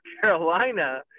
Carolina